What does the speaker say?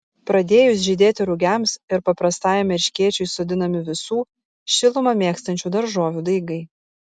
pradėjus žydėti rugiams ir paprastajam erškėčiui sodinami visų šilumą mėgstančių daržovių daigai